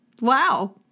Wow